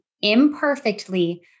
imperfectly